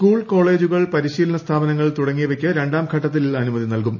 school കോളേജുകൾ പരിശീലന സ്ഥാപനങ്ങൾ തുടങ്ങിയവയ്ക്ക് രണ്ടാം ഘട്ടത്തിൽ അനുമതി നൽകും